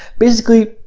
basically,